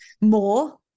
more